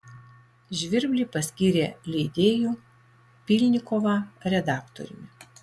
žvirblį paskyrė leidėju pylnikovą redaktoriumi